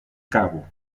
cabo